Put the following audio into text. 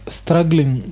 struggling